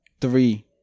Three